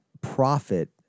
profit